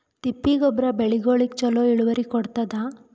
ತಿಪ್ಪಿ ಗೊಬ್ಬರ ಬೆಳಿಗೋಳಿಗಿ ಚಲೋ ಇಳುವರಿ ಕೊಡತಾದ?